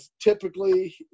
typically